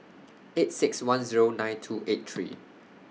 eight six one Zero nine two eight three